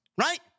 right